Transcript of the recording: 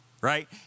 right